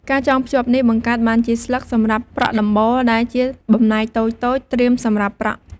ការចងភ្ជាប់នេះបង្កើតបានជា ស្លឹកសម្រាប់ប្រក់ដំបូល ដែលជាបំណែកតូចៗត្រៀមសម្រាប់ប្រក់។